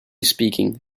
speaking